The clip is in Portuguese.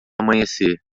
amanhecer